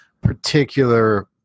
particular